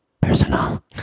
personal